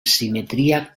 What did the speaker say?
simetria